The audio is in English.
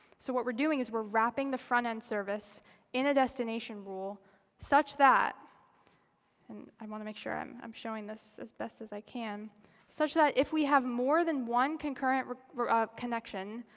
so what we're doing is we're wrapping the front end service in a destination rule such that and i want to make sure i'm i'm showing this as best as i can such that if we have more than one concurrent ah connection,